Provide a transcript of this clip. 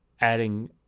adding